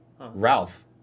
Ralph